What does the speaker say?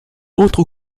entre